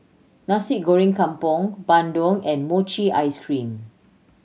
Nasi Goreng Kampung bandung and mochi ice cream